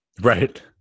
Right